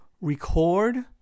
record